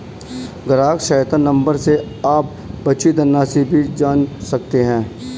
ग्राहक सहायता नंबर से आप बची धनराशि भी जान सकते हैं